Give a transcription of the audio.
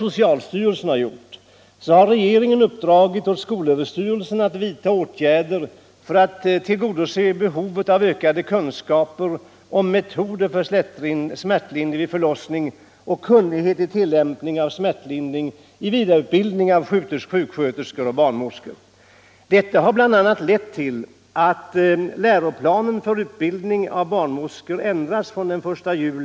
Vidare har regeringen uppdragit åt skolöverstyrelsen att vidta åtgärder för att tillgodose behovet av ökad kunskap om metoder för smärtlindring vid förlossning och kunnighet i tillämpningen därav i vad avser vidareutbildning av sjuksköterskor och barnmorskor. Detta har bl.a. lett till att läroplanen för utbildning av barnmorskor ändrades den 1 juli i fjol.